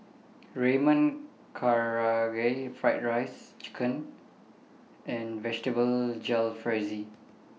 Ramen Karaage Fried Rice Chicken and Vegetable Jalfrezi